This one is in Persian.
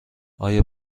آیا